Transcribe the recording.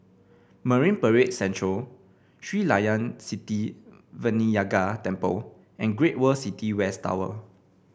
Marine Parade Central Sri Layan Sithi Vinayagar Temple and Great World City West Tower